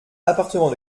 appartement